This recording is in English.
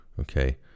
Okay